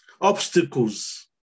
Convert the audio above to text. obstacles